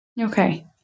Okay